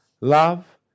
love